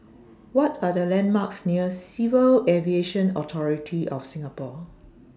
What Are The landmarks near Civil Aviation Authority of Singapore